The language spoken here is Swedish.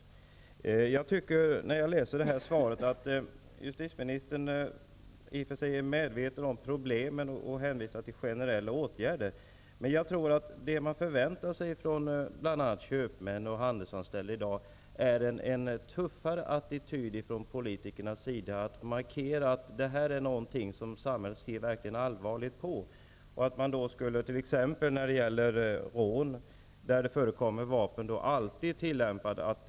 När jag läser svaret får jag uppfattningen att justitieministern i och för sig är medveten om problemen, och hon hänvisar i svaret till generella åtgärder. Men jag tror att vad bl.a. köpmän och handelsanställda i dag förväntar sig är en tuffare attityd från politikernas sida, att politikerna markerar att detta är något som samhället ser verkligen allvarligt på t.ex. genom att rån där vapen förekommer alltid bedöms som grova rån.